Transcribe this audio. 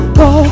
go